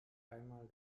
einmal